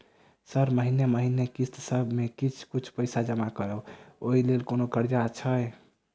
Sir महीने महीने किस्तसभ मे किछ कुछ पैसा जमा करब ओई लेल कोनो कर्जा छैय?